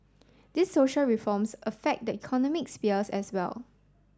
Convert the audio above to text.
these social reforms affect the economic sphere as well